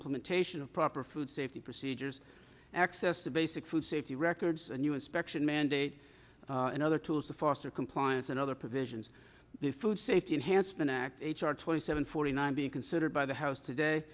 implementation of proper food safety procedures access to basic food safety records and u s specs and mandate and other tools to foster compliance and other provisions the food safety enhancement act or twenty seven forty nine being considered by the house today